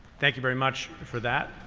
thank you very much for that.